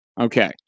Okay